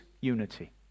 unity